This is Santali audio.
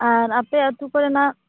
ᱟᱨ ᱟᱯᱮ ᱟᱛᱳ ᱠᱚᱨᱮᱱᱟᱜ